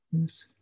Yes